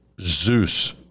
Zeus